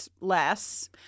less